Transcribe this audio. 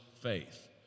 faith